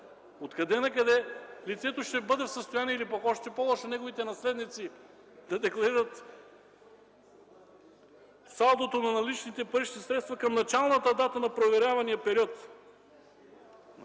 От къде на къде лицето ще бъде в състояние, а пък още по-лошо – неговите наследници, да декларират салдото на наличните парични средства към началната дата на проверявания период?!